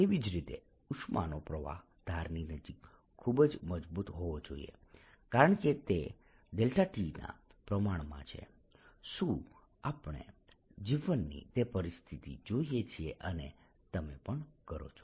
તેવી જ રીતે ઉષ્માનો પ્રવાહ ધારની નજીક ખૂબ મજબૂત હોવો જોઈએ કારણ કે તે ∇ t ના પ્રમાણમાં છે શું આપણે જીવનની તે પરિસ્થિતિ જોઈએ છીએ અને તમે પણ કરો છો